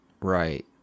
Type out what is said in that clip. Right